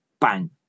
bang